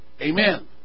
Amen